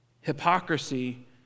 Hypocrisy